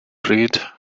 bryd